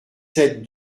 sept